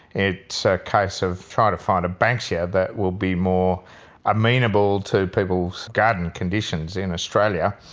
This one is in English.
it's a case of trying to find a banksia that will be more amenable to people's garden conditions in australia.